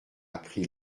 appris